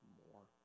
more